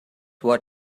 what